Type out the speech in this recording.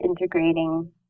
integrating